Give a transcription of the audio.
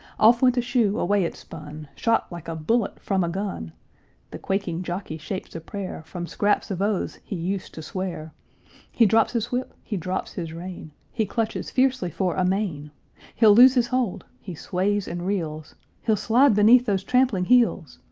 off went a shoe away it spun, shot like a bullet from a gun the quaking jockey shapes a prayer from scraps of oaths he used to swear he drops his whip, he drops his rein, he clutches fiercely for a mane he'll lose his hold he sways and reels he'll slide beneath those trampling heels!